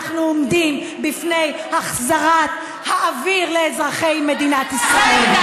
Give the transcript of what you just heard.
אנחנו עומדים בפני החזרת האוויר לאזרחי ישראל.